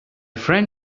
friend